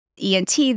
ENT